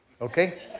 okay